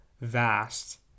vast